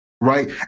Right